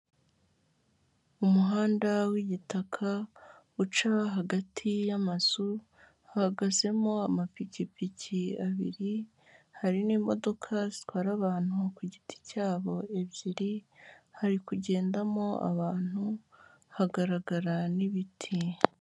Umuhanda w'igitaka uca hagati y'amazu hahagazemo amapikipiki abiri, hari n'imodoka zitwara abantu ku giti cyabo ebyiri hari kugendamo abantu hagaragara n'ibiti.